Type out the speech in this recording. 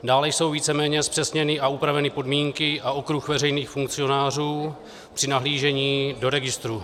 Dále jsou víceméně zpřesněny a upraveny podmínky a okruh veřejných funkcionářů při nahlížení do registrů.